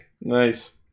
Nice